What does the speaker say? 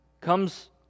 comes